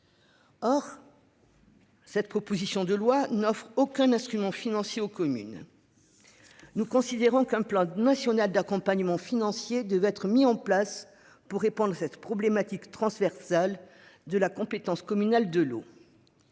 Cette proposition de loi n'offre aucun instrument financier aux communes. Nous considérons qu'un plan national d'accompagnement financier devait être mis en place pour répondre à cette problématique transversale de la compétence communale de l'eau.